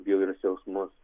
bjaurius jausmus